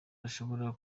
ashobora